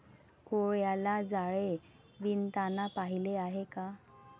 कोळ्याला जाळे विणताना पाहिले आहे का?